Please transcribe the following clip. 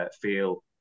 feel